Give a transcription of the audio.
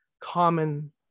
common